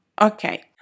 Okay